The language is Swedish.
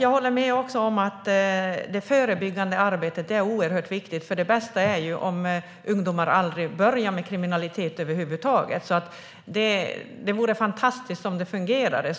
Jag håller med om att det förebyggande arbetet är oerhört viktigt. Det bästa är om ungdomar aldrig börjar med kriminalitet över huvud taget. Det vore fantastiskt om det fungerade.